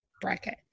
bracket